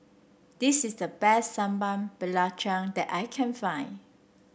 this is the best Sambal Belacan that I can find